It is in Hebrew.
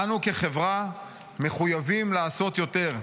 אנו כחברה מחויבים לעשות יותר.